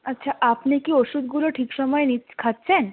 আচ্ছা আপনি কি ওষুধগুলো ঠিক সময় খাচ্ছেন